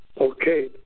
Okay